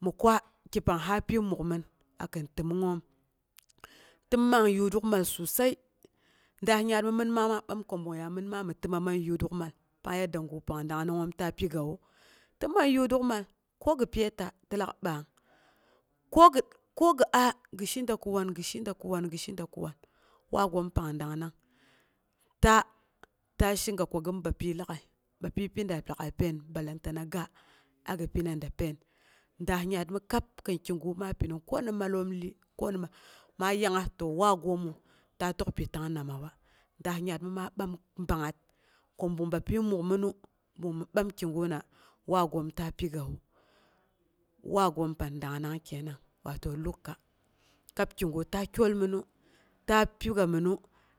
Mi kwa kipang hapyi mukmin a kin təmongngom tɨman yaruk'mal susai daah yaat mɨ mɨnma maa ɓam ko ɓung ya mɨn ma mi təma man yurukmal pang yaddagu pang dangnangngoom ta pi gawu. Ti man yurukmal ko gi pyəita ti lak ɓang'ng. Ko gi a gi shida kowan gi shida ko wan, waagoom pang dangnang ta, ta shiga ko gin bapyi lag'ai, bapyi pida lag'ai pain, balantana ga, agi pinada pain ɗaas yaat mi kab kin kigu maa pinungngu ko ni malloom lyi, ma yangngas ko to ti waagoomu ta tək pi tang namawa? Daas yaat mima ɓam ɓang'ngat, ko ɓung bapyi mukminu, ko bung mi ɓam kiguna waagom ta pigawu, waagoom pang dangnang kenang. Watou luka. kab kigu ta kyolminu ta piga minu,